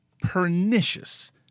pernicious